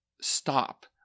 stop